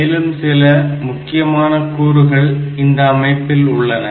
மேலும் சில முக்கியமான கூறுகள் இந்த அமைப்பில் உள்ளன